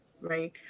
right